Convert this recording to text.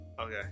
Okay